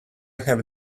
have